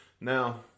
Now